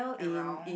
around